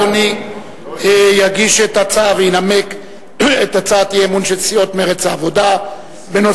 אדוני יגיש את ההצעה וינמק את הצעת האי-אמון של סיעות מרצ העבודה בנושא: